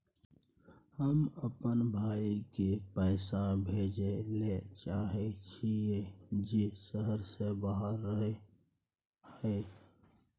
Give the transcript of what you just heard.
हम अपन भाई के पैसा भेजय ले चाहय छियै जे शहर से बाहर रहय हय